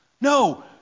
No